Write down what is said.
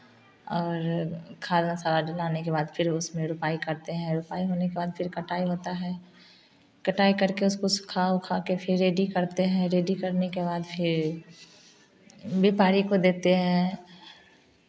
और खाद मसाला डलाने के बाद फिर उसमे रोपाई करते हैं रोपाई होने के बाद फिर कटाई होता है कटाई करके उसको सुखा उखा कर फिर रेडी करते हैं रेडी करने के बाद फिर व्यापारी को देते हैं